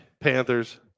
Panthers